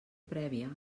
prèvia